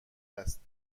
است